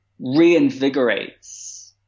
reinvigorates